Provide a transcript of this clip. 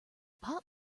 pot